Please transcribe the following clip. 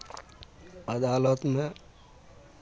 अदालतमे